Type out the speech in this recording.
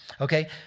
Okay